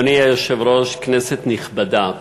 אדוני היושב-ראש, כנסת נכבדה,